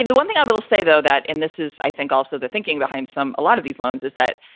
the one thing i will say, though, that in this is i think also the thinking behind some a lot of these loans is that,